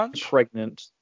pregnant